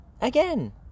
Again